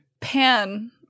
Pan